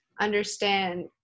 understand